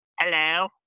Hello